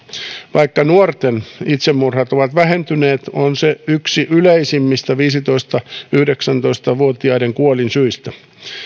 vaikka nuorten itsemurhat ovat vähentyneet on se yksi yleisimmistä viisitoista viiva yhdeksäntoista vuotiaiden kuolinsyistä